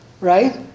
right